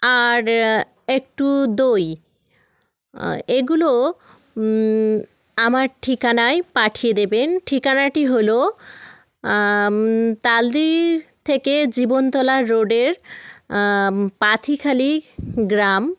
আর একটু দই এগুলো আমার ঠিকানায় পাঠিয়ে দেবেন ঠিকানাটি হলো তালদি থেকে জীবনতলা রোডের পাথিখালি গ্রাম